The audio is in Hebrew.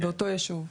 באותו ישוב.